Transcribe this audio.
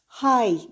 Hi